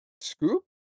Scoop